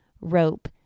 rope